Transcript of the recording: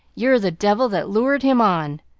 you're the devil that lured him on!